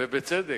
ובצדק,